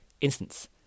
instance